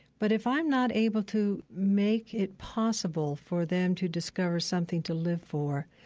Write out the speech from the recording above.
but if i'm not able to make it possible for them to discover something to live for,